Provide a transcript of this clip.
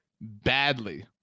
badly